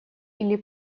или